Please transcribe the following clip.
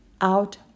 out